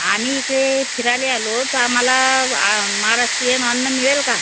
आम्ही इकडे फिरायला आलो तर आम्हाला महाराष्ट्रीयन अन्न मिळेल का